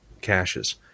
caches